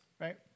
right